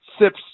sips